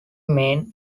main